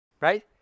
Right